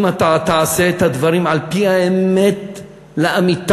אם אתה תעשה את הדברים על-פי האמת לאמיתה,